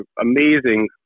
amazing